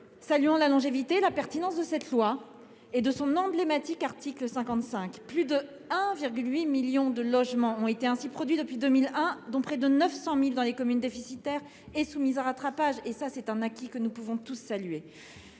Saluons la longévité et la pertinence de cette loi, ainsi que de son emblématique article 55 : plus de 1,8 million de logements ont ainsi été produits depuis 2001, dont près de 900 000 dans les communes déficitaires et soumises au rattrapage. C'est un acquis que nous pouvons tous saluer.